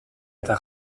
eta